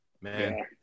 man